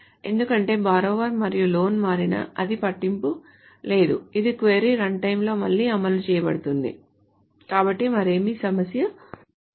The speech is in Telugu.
ఎందుకంటే borrower మరియు loan మారినా అది పట్టింపు లేదు ఇది క్వరీ రన్ టైమ్లో మళ్లీ అమలు చేయబడుతుంది కాబట్టి మరేమీ సమస్య కాదు